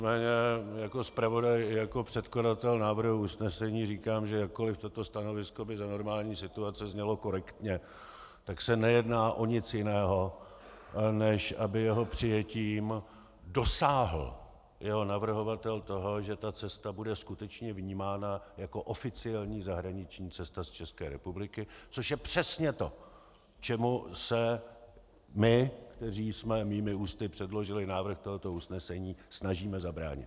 Nicméně jako zpravodaj i jako předkladatel návrhu usnesení říkám, že jakkoli toto stanovisko by za normální situace znělo korektně, tak se nejedná o nic jiného, než aby jeho přijetím dosáhl jeho navrhovatel toho, že cesta bude skutečně vnímána jako oficiální zahraniční cesta z České republiky, což je přesně to, čemu se my, kteří jsme mými ústy předložili návrh toho usnesení, snažíme zabránit.